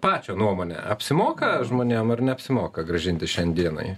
pačio nuomone apsimoka žmonėm ar neapsimoka grąžinti šiandienai